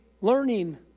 learning